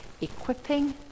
equipping